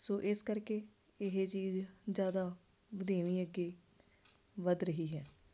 ਸੋ ਇਸ ਕਰਕੇ ਇਹ ਚੀਜ਼ ਜ਼ਿਆਦਾ ਵਧੀਵੀਂ ਅੱਗੇ ਵੱਧ ਰਹੀ ਹੈ